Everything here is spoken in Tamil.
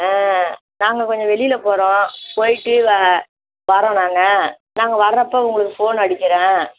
ஆ நாங்கள் கொஞ்சம் வெளியில் போகிறோம் போயிட்டு வா வரோம் நாங்கள் நாங்கள் வரப்போ உங்களுக்கு ஃபோன் அடிக்கிறேன்